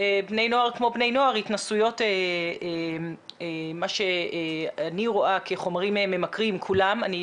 בני נוער כמו בני נוער התנסויות במה שאני רואה כחומרים ממכרים כולם.